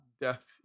death